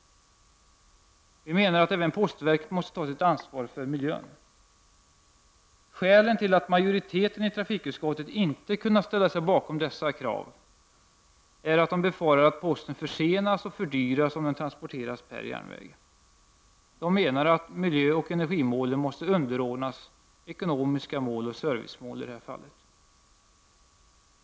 Vi menar att även postverket måste ta sitt ansvar för miljön. Skälet till att majoriteten i trafikutskottet inte har kunnat ställa sig bakom dessa krav är att vi befarar att posten försenas och fördyras om den transporteras per järnväg. De menar att miljöoch energimålen i detta fall måste underordnas ekonomiska mål och servicemål.